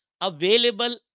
available